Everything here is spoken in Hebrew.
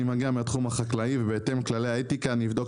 אני מגיע מהתחום החקלאי ובהתאם לכללי האתיקה אני אבדוק